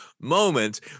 moment